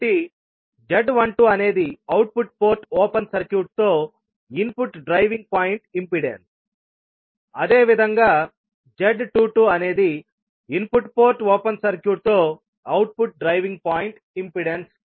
కాబట్టి z12 అనేది output port open circuit తో ఇన్పుట్ డ్రైవింగ్ పాయింట్ ఇంపెడెన్స్ అదేవిధంగా z22అనేది ఇన్పుట్ పోర్ట్ ఓపెన్ సర్క్యూట్ తో అవుట్పుట్ డ్రైవింగ్ పాయింట్ ఇంపెడెన్స్